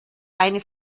eine